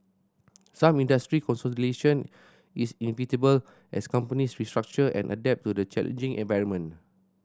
some industry consolidation is as companies restructure and adapt to the challenging environment